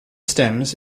stems